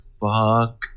fuck